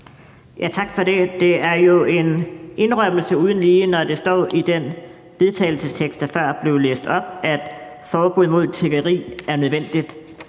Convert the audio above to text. Tak for det. Det er jo en indrømmelse uden lige, når det står i den vedtagelsestekst, der før blev læst op, at et forbud mod tiggeri er nødvendigt.